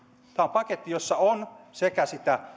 paketti jossa on sekä